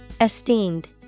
Esteemed